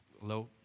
hello